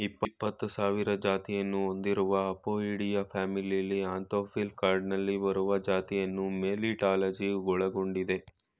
ಇಪ್ಪತ್ಸಾವಿರ ಜಾತಿಯನ್ನು ಹೊಂದಿರುವ ಅಪೊಯಿಡಿಯಾ ಫ್ಯಾಮಿಲಿಲಿ ಆಂಥೋಫಿಲಾ ಕ್ಲಾಡ್ನಲ್ಲಿ ಬರುವ ಜಾತಿಯನ್ನು ಮೆಲಿಟಾಲಜಿ ಒಳಗೊಂಡಿದೆ